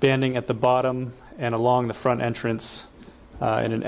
banding at the bottom and along the front entrance in an